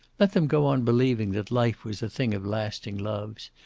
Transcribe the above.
let them go on believing that life was a thing of lasting loves,